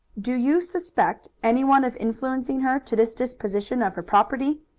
do you suspect anyone of influencing her to this disposition of her property?